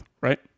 right